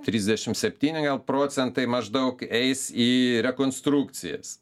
trisdešimt septyni gal procentai maždaug eis į rekonstrukcijas